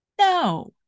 No